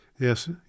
Yes